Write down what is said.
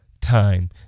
time